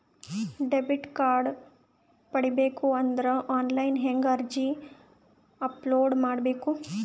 Debit card ಪಡಿಬೇಕು ಅಂದ್ರ online ಹೆಂಗ್ ಅರ್ಜಿ ಅಪಲೊಡ ಮಾಡಬೇಕು?